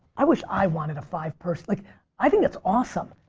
i wish i wanted a five pers like i think that's awesome.